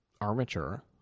armature